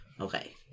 Okay